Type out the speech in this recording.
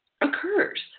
occurs